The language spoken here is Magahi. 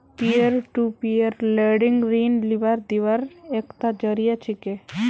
पीयर टू पीयर लेंडिंग ऋण लीबार दिबार एकता जरिया छिके